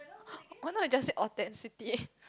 or not you just say authenticity